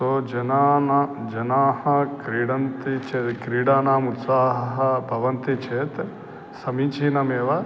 सो जनाः जनाः क्रीडन्ति चेत् क्रीडानाम् उत्साहः भवन्ति चेत् समीचीनमेव